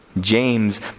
James